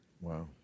Wow